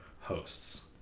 hosts